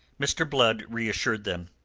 mr. blood reassured them.